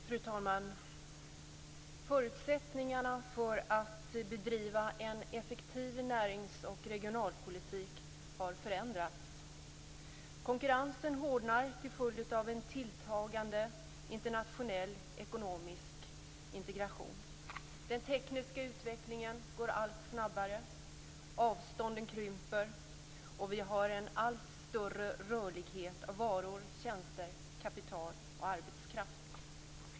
Fru talman! Förutsättningarna för att bedriva en effektiv närings och regionalpolitik har förändrats. Konkurrensen hårdnar till följd av en tilltagande internationell ekonomisk integration. Den tekniska utvecklingen går allt snabbare. Avstånden krymper och vi har en allt större rörlighet av varor, tjänster, kapital och arbetskraft.